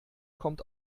kommt